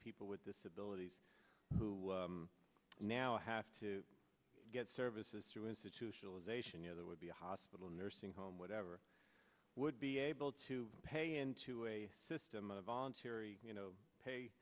people with disabilities who now have to get services through institutionalization you know there would be a hospital nursing home whatever would be able to pay into a system a voluntary you know pay